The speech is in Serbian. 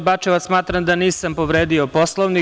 Dr Bačevac, smatram da nisam povredio Poslovnik.